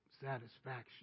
satisfaction